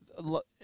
look